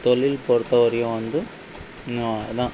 தொழில் பொருத்த வரையும் வந்து இதான்